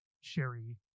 sherry